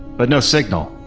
but no signal.